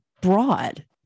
broad